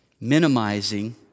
minimizing